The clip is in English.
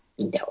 No